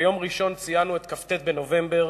ביום ראשון ציינו את כ"ט בנובמבר.